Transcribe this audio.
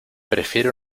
prefiero